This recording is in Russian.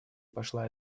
пошла